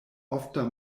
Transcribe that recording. ofta